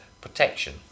protection